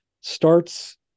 starts